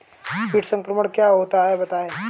कीट संक्रमण क्या होता है बताएँ?